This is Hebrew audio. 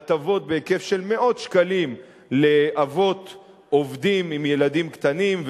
הטבות בהיקף של מאות שקלים לאבות עובדים עם ילדים קטנים,